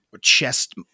chest